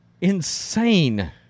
insane